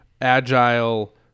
agile